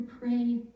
pray